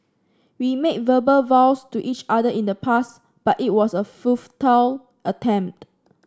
we made verbal vows to each other in the past but it was a futile attempt